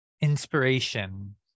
Inspiration